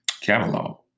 catalog